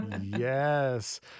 Yes